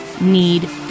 need